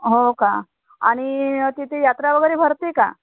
हो का आणि तिथे यात्रा वगैरे भरते का